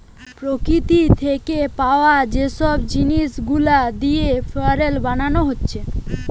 প্রকৃতি থিকে পায়া যে সব জিনিস গুলা দিয়ে ফুয়েল বানানা হচ্ছে